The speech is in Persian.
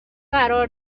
قرار